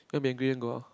then be angry and go out